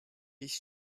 ich